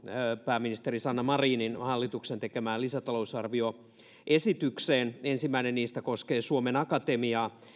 pääministeri sanna marinin hallituksen tekemään lisätalousarvioesitykseen ensimmäinen niistä koskee suomen akatemiaa